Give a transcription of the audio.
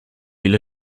ile